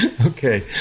Okay